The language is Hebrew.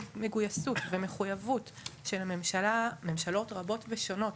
מגויסות ומחויבות של ממשלות רבות ושונות